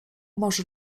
może